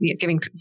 giving